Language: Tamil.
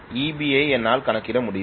எனவே Eb ஐ என்னால் கணக்கிட முடியும்